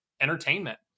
entertainment